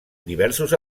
diversos